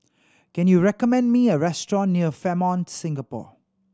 can you recommend me a restaurant near Fairmont Singapore